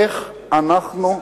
איך אנחנו,